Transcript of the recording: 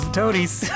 toadies